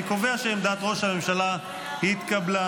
אני קובע שעמדת ראש הממשלה התקבלה.